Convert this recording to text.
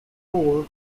hall